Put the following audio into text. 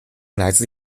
来自